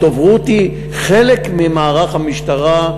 הדוברות היא חלק ממערך המשטרה,